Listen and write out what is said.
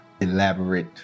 elaborate